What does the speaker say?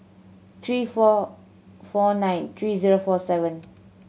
three four four nine three zero four seven